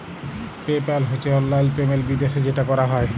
pay পাল হছে অললাইল payment বিদ্যাশে যেট ক্যরা হ্যয়